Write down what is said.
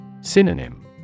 Synonym